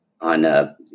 on